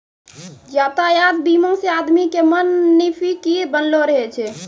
यातायात बीमा से आदमी के मन निफिकीर बनलो रहै छै